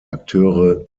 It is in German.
akteure